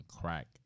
crack